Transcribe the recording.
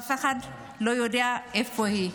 ואף אחד לא יודע איפה היא.